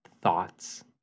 thoughts